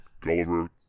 Gulliver